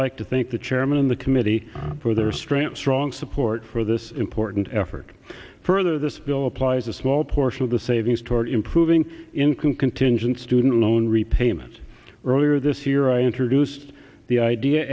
like to think the chairman and the committee for their strength strong support for this important effort for this bill applies a small portion of the savings toward improving in can contingent student loan repayments earlier this year i introduced the idea